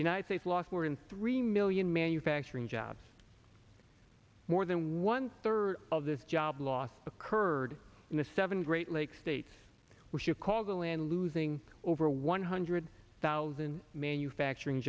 than three million manufacturing jobs more than one third of this job loss occurred in the seven great lakes states were chicago and losing over one hundred thousand manufacturing